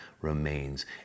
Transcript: remains